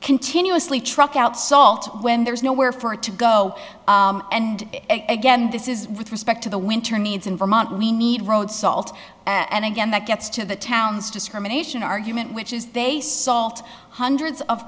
continuously truck out salt when there's nowhere for it to go and again this is with respect to the winter needs in vermont we need road salt and again that gets to the towns discrimination argument which is they solved hundreds of